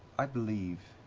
i believe